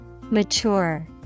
Mature